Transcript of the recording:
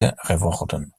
geworden